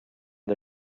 the